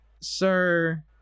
Sir